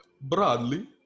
Bradley